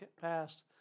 passed